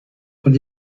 und